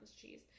cheese